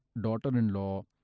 daughter-in-law